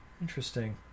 Interesting